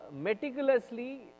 meticulously